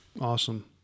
Awesome